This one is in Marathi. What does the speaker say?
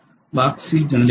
भाग C जनरेटर आहे